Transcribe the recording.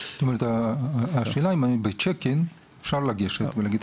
השאלה בצ'ק-אין אפשר לגשת ולהגיד,